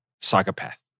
psychopath